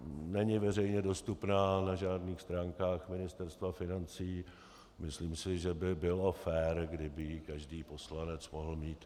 Není veřejně dostupná na žádných stránkách Ministerstva financí, myslím si, že by bylo fér, kdyby ji každý poslanec mohl mít.